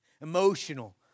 emotional